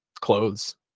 clothes